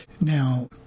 Now